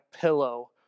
pillow